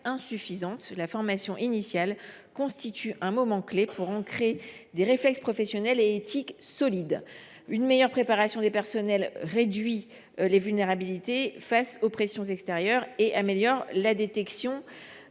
La formation initiale constitue un moment clé pour ancrer des réflexes professionnels et éthiques solides. Une meilleure préparation des personnels permettrait de réduire les vulnérabilités face aux pressions extérieures et d’améliorer la détection